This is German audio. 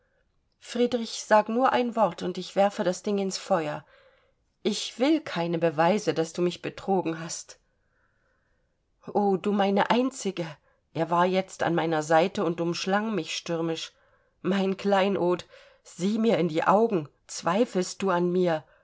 friedrich sag nur ein wort und ich werfe das ding ins feuer ich will keine beweise daß du mich betrogen hast o du meine einzige er war jetzt an meiner seite und umschlang mich stürmisch mein kleinod sieh mir in die augen zweifelst du an mir